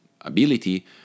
ability